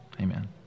Amen